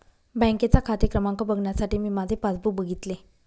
बँकेचा खाते क्रमांक बघण्यासाठी मी माझे पासबुक बघितले